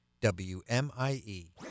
W-M-I-E